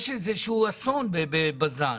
יש איזשהו אסון בבז"ן,